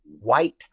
white